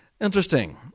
interesting